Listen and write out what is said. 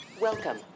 Welcome